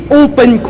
open